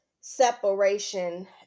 separation